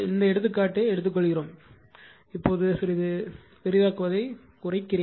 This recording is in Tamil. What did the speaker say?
இந்த எடுத்துக்காட்டு எடுக்கப்பட்டது பெரிதாக்குவதை கொஞ்சம் குறையுங்கள்